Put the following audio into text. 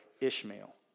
Ishmael